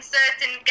certain